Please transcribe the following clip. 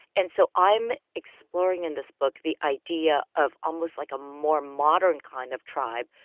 and so i'm exploring in this book the idea of almost like a more modern kind of tribe,